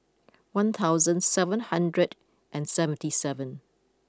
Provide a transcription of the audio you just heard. one thousand seven hundred and seventy seven